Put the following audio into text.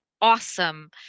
awesome